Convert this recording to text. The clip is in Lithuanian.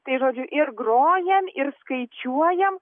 tai žodžiu ir grojam ir skaičiuojam